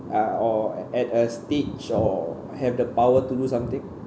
uh or at a stage or have the power to do something